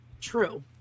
True